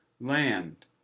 land